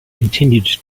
continued